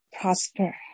prosper